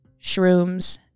shrooms